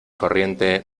corriente